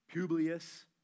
Publius